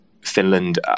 Finland